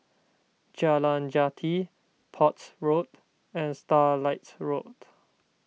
Jalan Jati Port Road and Starlight Road